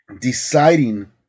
deciding